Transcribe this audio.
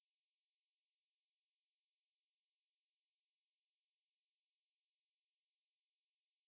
I get what you mean ya